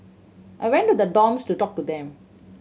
I went to the dorms to talk to them